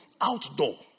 Outdoor